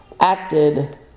acted